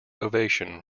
ovation